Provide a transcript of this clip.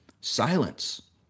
Silence